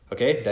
Okay